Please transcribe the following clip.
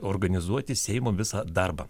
organizuoti seimo visą darbą